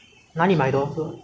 but 黑色